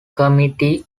committee